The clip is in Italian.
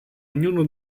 ognuno